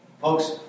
Folks